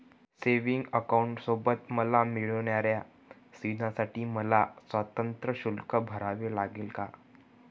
Savings अकाउंटसोबत मला मिळणाऱ्या सुविधांसाठी मला स्वतंत्र शुल्क भरावे लागेल का?